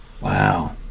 Wow